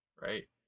right